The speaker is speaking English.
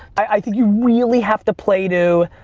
i think you really have to play to,